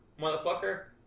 motherfucker